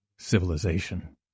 civilization